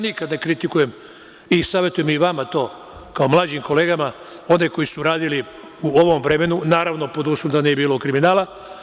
Nikada ne kritikujem, savetujem to i vama, kao mlađim kolegama, one koji su radili u ovom vremenu, pod uslovom da nije bilo kriminala.